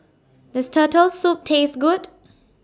Does Turtle Soup Taste Good